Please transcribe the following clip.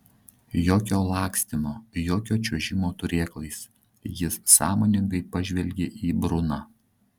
jokio lakstymo jokio čiuožimo turėklais jis sąmoningai pažvelgė į bruną